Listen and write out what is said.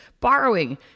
borrowing